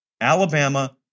Alabama